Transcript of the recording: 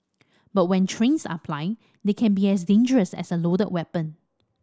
but when trains are plying they can be as dangerous as a loaded weapon